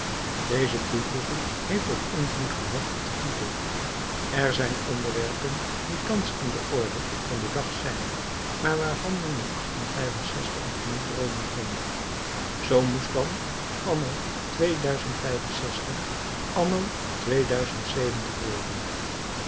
deze toevoeging heeft ook invloed gehad op den titel er zijn onderwerpen die thans aan de orde van den dag zijn maar waarvan men in nog niet droomen kon zoo moest dan anno anno worden